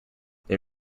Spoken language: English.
they